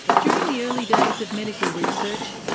during the early days of medical research,